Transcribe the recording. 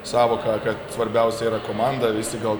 sąvoką kad svarbiausia yra komanda visi gal